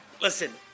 Listen